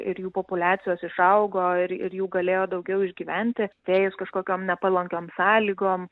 ir jų populiacijos išaugo ir jų galėjo daugiau išgyventi atėjus kažkokiom nepalankiom sąlygom